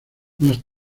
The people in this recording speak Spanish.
más